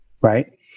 right